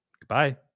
Goodbye